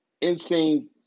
insane